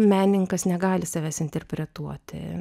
menininkas negali savęs interpretuoti